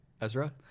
Ezra